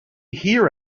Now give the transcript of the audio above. hear